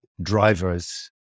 drivers